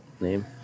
name